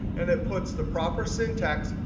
and it puts the proper syntax,